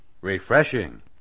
Refreshing